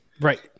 Right